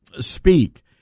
speak